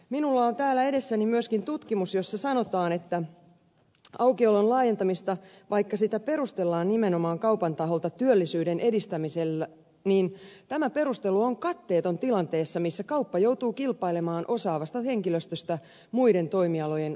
minulla on täällä edessäni myöskin tutkimus jossa sanotaan että vaikka aukiolon laajentamista perustellaan nimenomaan kaupan taholta työllisyyden edistämisellä niin tämä perustelu on katteeton tilanteessa missä kauppa joutuu kilpailemaan osaavasta henkilöstöstä muiden toimialojen ohella